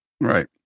right